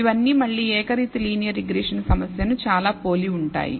ఇవన్నీ మళ్ళీ ఏకరీతి లీనియర్ రిగ్రెషన్ సమస్య ను చాలా పోలి ఉంటాయి